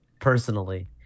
personally